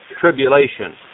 tribulation